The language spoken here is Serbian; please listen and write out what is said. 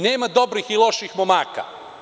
Nema dobrih i loših momaka.